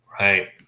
right